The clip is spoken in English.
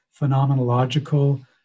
phenomenological